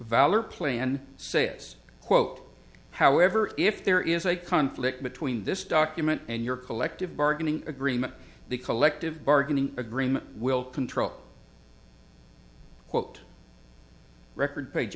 valor play and say this quote however if there is a conflict between this document and your collective bargaining agreement the collective bargaining agreement will control what record page